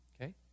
Okay